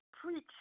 preach